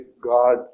God